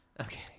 Okay